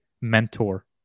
mentor